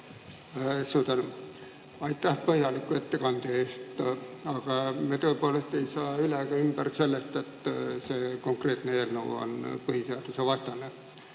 Aitäh põhjaliku ettekande eest! Aga me tõepoolest ei saa üle ega ümber sellest, et see konkreetne eelnõu on põhiseadusvastane.